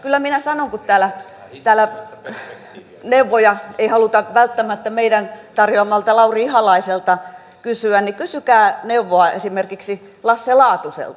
kyllä minä sanon että kun täällä neuvoja ei haluta välttämättä meidän tarjoamaltamme lauri ihalaiselta kysyä niin kysykää neuvoa esimerkiksi lasse laatuselta